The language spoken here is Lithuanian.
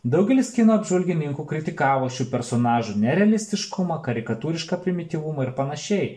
daugelis kino apžvalgininkų kritikavo šių personažų nerealistiškumą karikatūrišką primityvumą ir panašiai